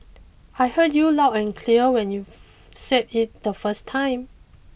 I heard you loud and clear when you said it the first time